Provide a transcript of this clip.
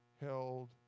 held